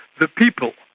the people.